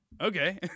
okay